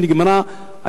שנגמרה,